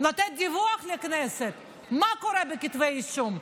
לתת דיווח לכנסת מה קורה בכתבי אישום,